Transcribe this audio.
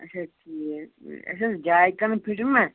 اچھا ٹھیٖک أسہِ ٲس جایہِ کَرٕنۍ فِٹِنٛگ نَہ